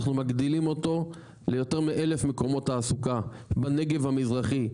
אנחנו מגדילים אותו ליותר מ-1,000 מקומות תעסוקה בנגב המזרחי,